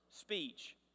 speech